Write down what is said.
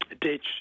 ditch